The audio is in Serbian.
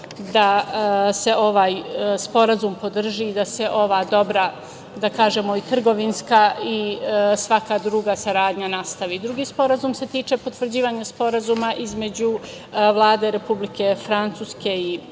da se ovaj Sporazum podrži, da se ova dobra i trgovinska i svaka druga saradnja nastavi. Drugi sporazum se tiče potvrđivanja Sporazuma između Vlade Republike Francuske i